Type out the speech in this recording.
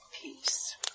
peace